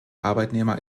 arbeitnehmer